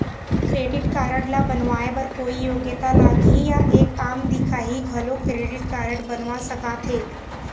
Credit card ला बनवाए बर कोई योग्यता लगही या एक आम दिखाही घलो क्रेडिट कारड बनवा सका थे?